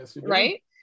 right